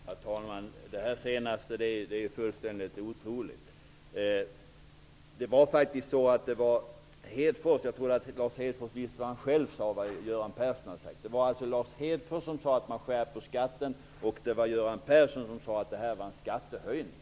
Herr talman! Det senaste som sades är fullständigt otroligt. Jag tror inte att Lars Hedfors vet vad han själv har sagt och vad Göran Persson har sagt. Det var Lars Hedfors som sade att man skärper skatten, och det var Göran Persson som sade att det var en skattehöjning.